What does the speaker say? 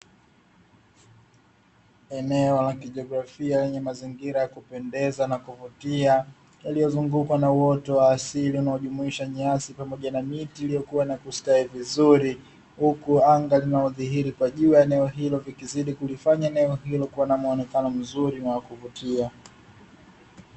Eneo la kijiografia iliyo na miti ya kustawi vizuri